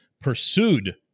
pursued